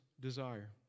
desire